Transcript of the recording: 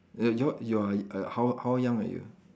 err you're you are err how how young are you